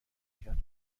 کرد